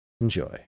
Enjoy